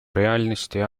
реальности